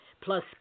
plus